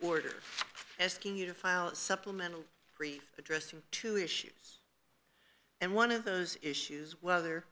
order asking you to file a supplemental brief address through two issues and one of those issues whether